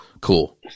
Cool